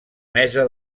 mesa